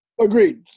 Agreed